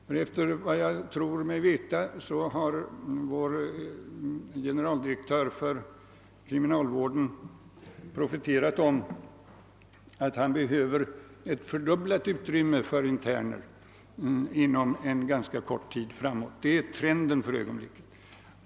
Enligt de uppgifter jag erhållit har vår generaldirektör för kriminalvården profeterat om att han behöver fördubblat utrymme för interner inom en ganska snar framtid; detta är trenden för ögonblicket.